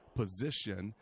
position